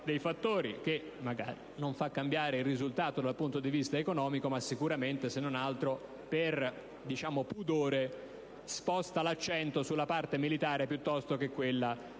dei fattori e che, se anche non fa cambiare il risultato dal punto di vista economico, se non altro per pudore sposta l'accento sulla parte militare piuttosto che su quella